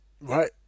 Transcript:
right